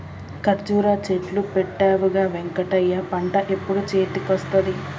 కర్జురా చెట్లు పెట్టవుగా వెంకటయ్య పంట ఎప్పుడు చేతికొస్తది